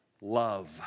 love